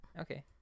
Okay